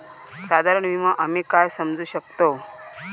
साधारण विमो आम्ही काय समजू शकतव?